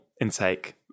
intake